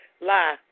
lie